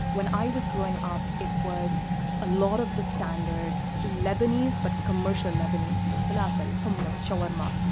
when i was growing up, it was a lot of the standard lebanese, but commercial lebanese so falafel, hummus, shwarma.